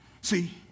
See